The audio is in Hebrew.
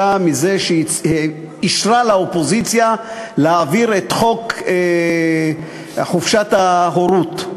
מזה שאישרה לאופוזיציה להעביר את חוק חופשת ההורות.